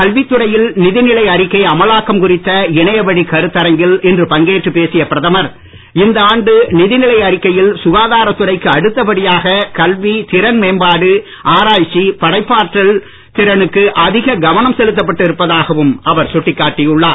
கல்வித்துறையில் நிதி நிலை அறிக்கை அமலாக்கம் குறித்த இணையவழி கருத்தரங்கில் இன்று பங்கேற்றுப் பேசிய பிரதமர் இந்த ஆண்டு நிதி நிலை அறிக்கையில் சுகாதாரத்துறைக்கு அடுத்த படியாக கல்வி திறன் மேம்பாடு ஆராய்ச்சி படைப்பாற்றல் திறனுக்கு அதிக கவனம் செலுத்தப் பட்டு இருப்பதாகவும் அவர் சுட்டிக்காட்டியுள்ளார்